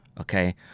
okay